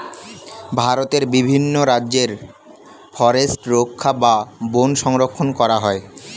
ভারতের বিভিন্ন রাজ্যে ফরেস্ট রক্ষা বা বন সংরক্ষণ করা হয়